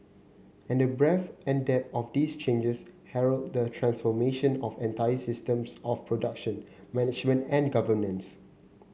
and the breadth and depth of these changes herald the transformation of entire systems of production management and governance